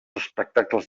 espectacles